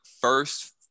first